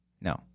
No